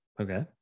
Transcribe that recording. Okay